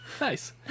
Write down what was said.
Nice